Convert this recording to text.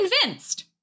convinced